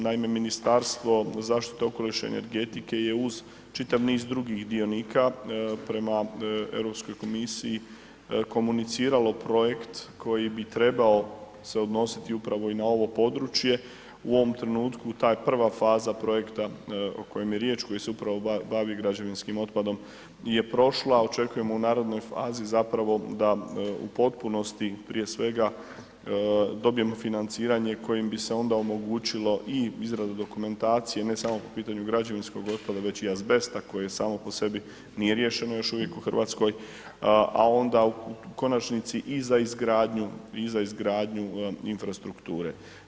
Naime, Ministarstvo zaštite okoliša i energetike je uz čitav niz drugih dionika prema Europskoj komisiji komuniciralo projekt koji bi trebao se odnositi upravo i na ovo područje, u ovom trenutku ta je prva faza projekta o kojem je riječ koji se upravo bavi građevinskim otpadom je prošla očekujemo u narednoj fazi zapravo da u potpunosti prije svega dobijemo financiranje kojim bi se onda omogućilo i izradu dokumentacije ne samo po pitanju građevinskog otpada već i azbesta koje samo po sebi nije riješeno još uvijek u Hrvatskoj, a onda u konačnici i za izgradnju i za izgradnju infrastrukture.